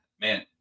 man